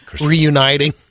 reuniting